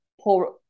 poor